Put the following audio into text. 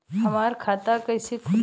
हमार खाता कईसे खुली?